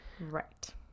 right